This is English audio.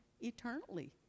eternally